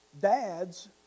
dads